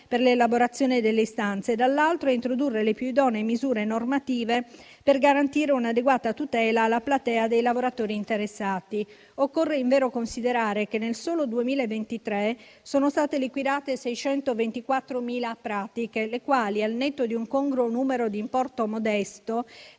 per l'elaborazione delle istanze e, dall'altro, a introdurre le più idonee misure normative per garantire un'adeguata tutela alla platea dei lavoratori interessati. Occorre invero considerare che nel solo 2023 sono state liquidate 624.000 pratiche, le quali, al netto di un congruo numero di importo modesto